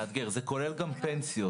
זה כולל גם פנסיות.